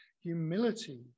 humility